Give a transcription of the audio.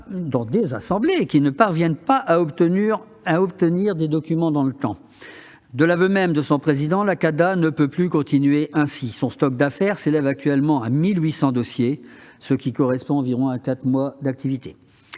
dans leurs assemblées, ne parviennent pas à obtenir des documents dans les temps. De l'aveu même de son président, la CADA ne peut plus continuer ainsi. Son « stock d'affaires » s'élève actuellement à 1 800 dossiers, ce qui correspond à environ quatre mois d'activité.